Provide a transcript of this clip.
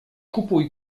kupuj